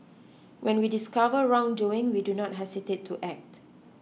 when we discover wrongdoing we do not hesitate to act